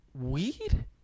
Weed